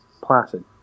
placid